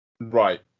right